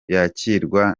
yakirwa